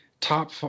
top